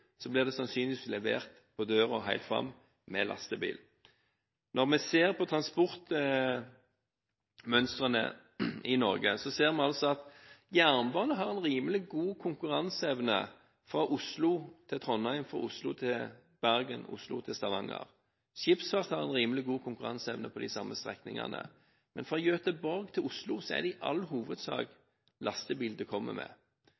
blir det sannsynligvis levert helt fram til døren med lastebil. Når vi ser på transportmønstrene i Norge, ser vi altså at jernbane har en rimelig god konkurranseevne fra Oslo til Trondheim, fra Oslo til Bergen, fra Oslo til Stavanger. Skipsfart har en rimelig god konkurranseevne på de samme strekningene, men fra Gøteborg til Oslo er det i all hovedsak lastebil det kommer med.